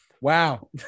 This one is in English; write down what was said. Wow